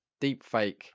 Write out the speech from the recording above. deepfake